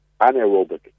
anaerobic